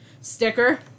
Sticker